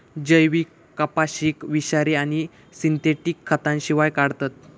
जैविक कपाशीक विषारी आणि सिंथेटिक खतांशिवाय काढतत